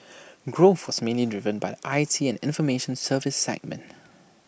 growth was mainly driven by I T and information services segment